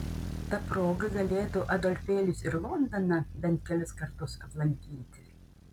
ta proga galėtų adolfėlis ir londoną bent kelis kartus aplankyti